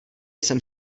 jsem